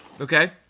Okay